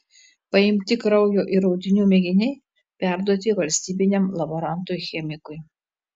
paimti kraujo ir audinių mėginiai perduoti valstybiniam laborantui chemikui